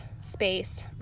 space